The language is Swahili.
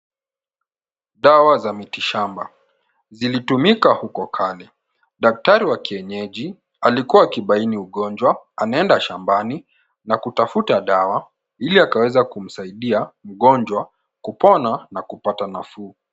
Dawa za miti shamba. Zilitumika huko kale. Daktari wa kienyeji alikuwa anabaini ugonjwa, anaenda shambani na kutafuta dawa ili akaweza kumsaidia mgonjwa kupona na kupata nafuu.